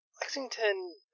Lexington